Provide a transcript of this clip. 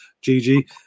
Gigi